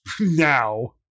Now